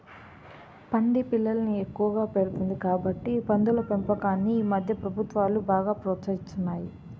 పంది పిల్లల్ని ఎక్కువగా పెడుతుంది కాబట్టి పందుల పెంపకాన్ని ఈమధ్య ప్రభుత్వాలు బాగా ప్రోత్సహిస్తున్నాయి